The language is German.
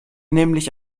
nämlich